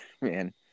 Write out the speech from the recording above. man